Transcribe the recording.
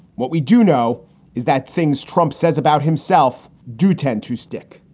what we do know is that things trump says about himself do tend to stick